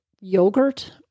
yogurt